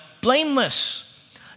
blameless